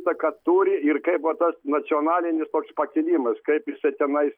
įtaką turi ir kaip buvo tas nacionalinis pakilimas kaip jisai tenais